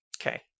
Okay